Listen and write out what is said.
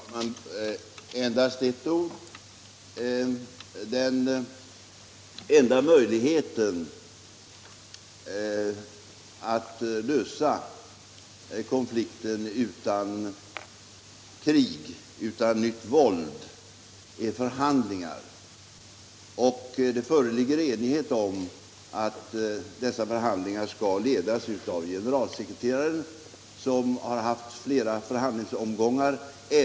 Herr talman! Endast några få ord. Den enda möjligheten att lösa konflikten utan krig och utan nytt våld är förhandlingar, och det föreligger enighet om att dessa förhandlingar skall ledas av FN:s generalsekreterare, som har haft flera förhandlingsomgångar om konflikten.